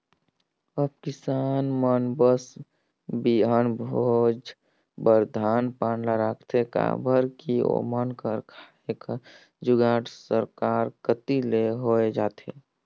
अब किसान मन बस बीहन भोज बर धान पान ल राखथे काबर कि ओमन कर खाए कर जुगाड़ सरकार कती ले होए जाथे